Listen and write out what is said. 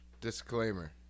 Disclaimer